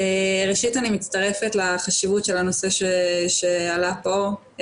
ראשית אני מצטרפת לחשיבות של הנושא שעלה פה,